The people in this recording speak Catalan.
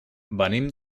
venim